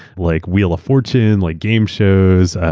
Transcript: like wheel of fortune, like game shows.